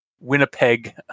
Winnipeg